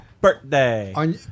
Birthday